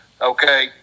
Okay